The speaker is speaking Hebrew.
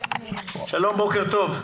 שלום, בוקר טוב.